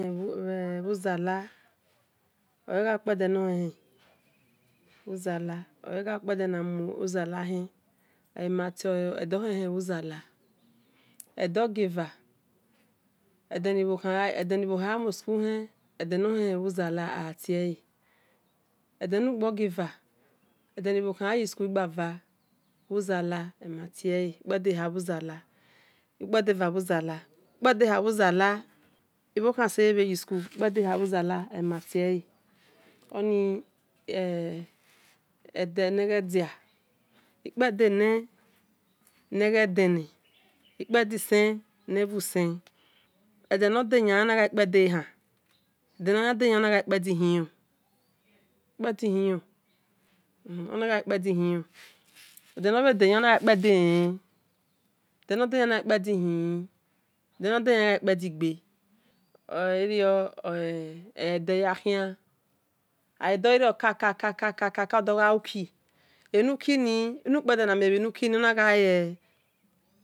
Bhuzala ogha ukpede nor hen-hen bhuzala ogha ukpede na mujzala - hen o'e matio edohen hen bhu kpede bhu zala edogieva edeni bho khan yamui - School hen edenohen - hen bhu - zala ola tiele edenugbo -gieva edeni bho gkhan yayi School ugbava bhu zala o e- matiele kpedeha bhuzaki ebohokhan eseye yi School kpe deha bhu zala o e matiele oni o e ede neghedia kpedene neghe dena kpedi sen nevusen ede nor de yane onaghai kpe de -han edeno- dayane naghai kpedi hilo ede nobhe - deyale ona ghai kpede-lele ede nor dayanlen ona ghai kpedi hini edenor dayale ona ghai kpe di gbe irio edeya khian agha yirio kaka - ka-ka odoghie uki enu kini enu kpede na mie bhe nuki ni ona gha e